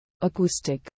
acoustic